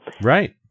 Right